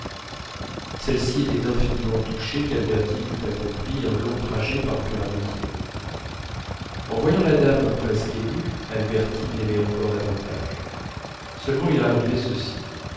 celle-ci était infiniment touchée qu'albertine eût accompli un long trajet par pure amitié en voyant la dame presque émue albertine l'aimait encore davantage seulement il arrivait ceci